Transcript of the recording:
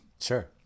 Sure